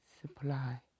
Supply